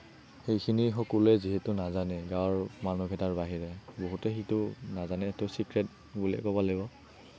সেইখিনি সকলোৱে যিহেতু নাজানে গাৱঁৰ মানুহ কেইটাৰ বাহিৰে বহুতে সেইটো নাজানে ত' ছিক্ৰেট বুলিয়ে ক'ব লাগিব